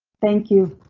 thank you.